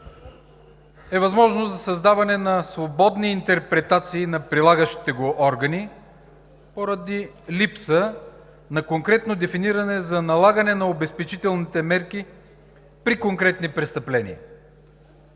е възможност за създаване на свободни интерпретации на прилагащите го органи поради липса на конкретно дефиниране за налагане на обезпечителните мерки при конкретни престъпления.